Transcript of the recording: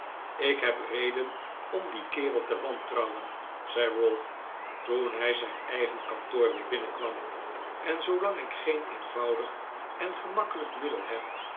ik heb reden om dien kerel te wantrouwen zei ralph toen hij zijn eigen kantoor weer binnenkwam en zoolang ik geen eenvoudig en gemakkelijk middel heb